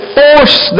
force